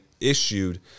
issued